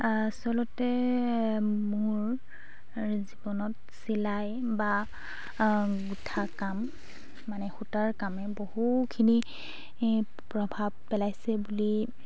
আচলতে মোৰ জীৱনত চিলাই বা গোঁঠা কাম মানে সূতাৰ কামে বহুখিনি প্ৰভাৱ পেলাইছে বুলি